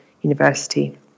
university